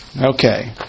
Okay